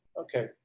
okay